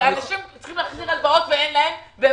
אנשים צריכים להחזיר הלוואות, ואין להם.